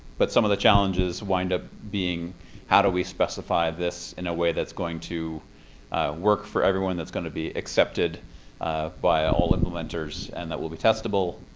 but some of the challenges wind up being how do we specify this in a way that's going to work for everyone and that's going to be accepted by all implementers, and that will be testable,